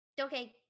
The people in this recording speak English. Okay